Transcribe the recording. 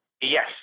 yes